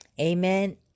Amen